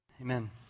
Amen